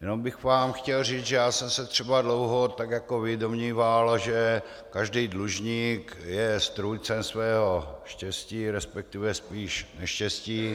Jenom bych vám chtěl říct, že já jsem se třeba dlouho tak jako vy domníval, že každý dlužník je strůjcem svého štěstí, respektive spíš neštěstí.